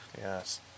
yes